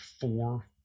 four